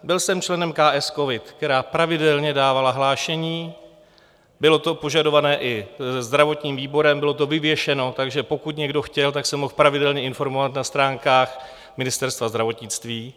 Byl jsem členem KS COVID, která pravidelně dávala hlášení, bylo to požadované i zdravotním výborem, bylo to vyvěšeno, takže pokud někdo chtěl, tak se mohl pravidelně informovat na stránkách Ministerstva zdravotnictví.